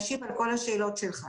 אני אשיב לכל השאלות שלך.